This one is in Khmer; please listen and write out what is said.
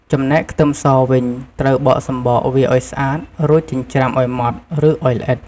ចំណែកខ្ទឺមសវិញ ត្រូវបកសំបកវាឱ្យស្អាត រួចចិញ្រ្ចាំឱ្យម៉ដ្ត ឬឱ្យល្អិត។